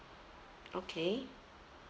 okay